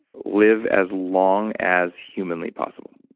live as long as humanly possible?